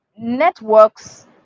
Networks